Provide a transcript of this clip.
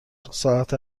ساعت